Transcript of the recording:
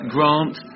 Grant